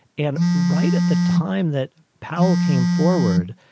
and right at the time that powell came forward,